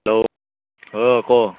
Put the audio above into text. hello অঁ ক'